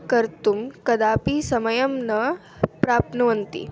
कर्तुं कदापि समयं न प्राप्नुवन्ति